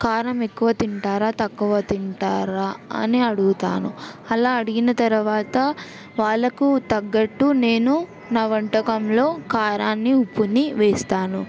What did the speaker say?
కారం ఎక్కువ తింటారా తక్కువ తింటారా అని అడుగుతాను అలా అడిగిన తర్వాత వాళ్ళకు తగ్గట్టు నేను నా వంటకంలో కారాన్ని ఉప్పుని వేస్తాను